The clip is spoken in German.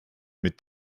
mit